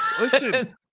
Listen